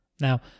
Now